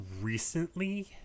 recently